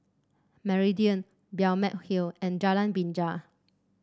Meridian Balmeg Hill and Jalan Binja